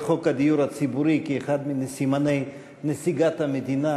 חוק הדיור הציבורי כאחד מסימני נסיגת המדינה